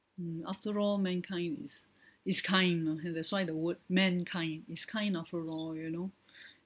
mm after all mankind is is kind you know that's why the word mankind is kind after all you know